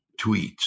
tweets